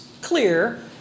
clear